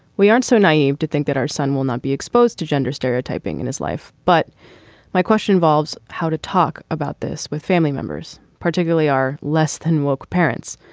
we aren't so naive to think that our son will not be exposed to gender stereotyping in his life. but my question involves how to talk about this with family members particularly are less than work parents.